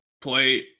play